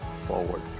forward